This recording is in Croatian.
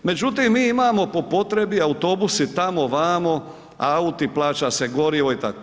Međutim, mi imamo po potrebi, autobusi, tamo-vamo, auti, plaća se gorivo i tako.